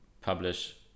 publish